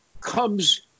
comes